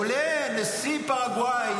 עולה נשיא פרגוואי,